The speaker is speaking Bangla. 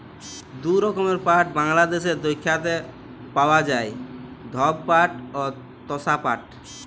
দু রকমের পাট বাংলাদ্যাশে দ্যাইখতে পাউয়া যায়, ধব পাট অ তসা পাট